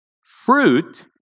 Fruit